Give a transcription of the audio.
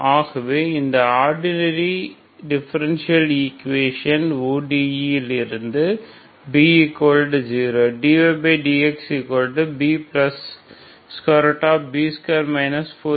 ஆகவே இந்த ordinary differential equation இலிருந்து அது B0dydxBB2 4AC2A2xyy2xy ஆகும்